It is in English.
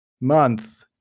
month